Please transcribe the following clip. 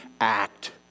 act